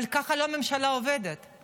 אבל ככה לא עובדת ממשלה.